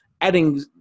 adding